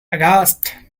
aghast